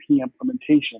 implementation